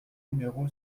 numéro